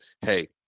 hey